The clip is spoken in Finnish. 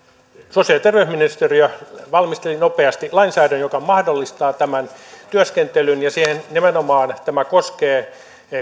sosiaali ja terveysministeriö valmisteli nopeasti lainsäädännön joka mahdollistaa tämän työskentelyn ja sitä nimenomaan tämä koskee